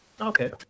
okay